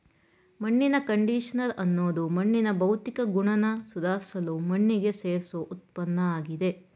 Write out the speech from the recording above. ಮಣ್ಣಿನ ಕಂಡಿಷನರ್ ಅನ್ನೋದು ಮಣ್ಣಿನ ಭೌತಿಕ ಗುಣನ ಸುಧಾರ್ಸಲು ಮಣ್ಣಿಗೆ ಸೇರ್ಸೋ ಉತ್ಪನ್ನಆಗಿದೆ